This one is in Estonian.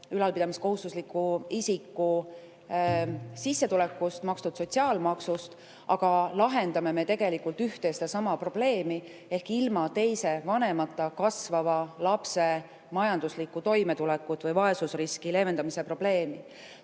ülalpidamiskohustusliku isiku sissetulekust, makstud sotsiaalmaksust, aga lahendame me tegelikult ühte ja sama probleemi ehk ilma teise vanemata kasvava lapse majanduslikku toimetulekut, leevendame vaesusriski.